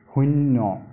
শূন্য